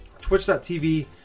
Twitch.tv